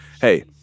hey